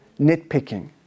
nitpicking